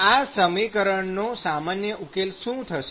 આ સમીકરણનો સામાન્ય ઉકેલ શું થશે